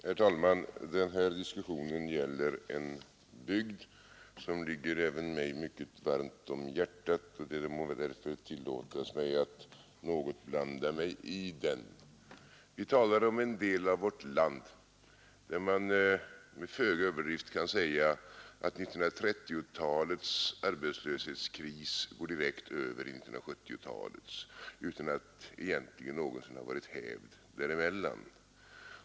Herr talman! Den här diskussionen gäller en bygd som ligger även mig varmt om hjärtat, och det må därför tillåtas mig att något blanda mig i debatten. Vi talar om en del av vårt land där man med föga överdrift kan säga att 1930-talets arbetslöshetskris går direkt över i 1970-talets utan att egentligen någonsin ha varit hävd däremellan.